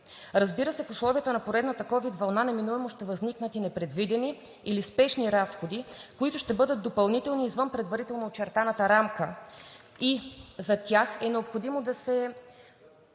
Разбира се, в условията на поредната ковид вълна неминуемо ще възникнат непредвидени или спешни разходи, които ще бъдат допълнителни – извън предварително начертаната рамка, и за тях е необходимо да се